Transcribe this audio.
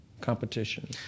competition